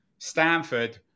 Stanford